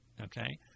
okay